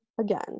again